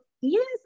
Yes